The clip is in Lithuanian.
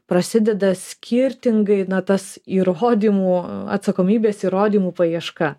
prasideda skirtingai na tas įrodymų atsakomybės įrodymų paieška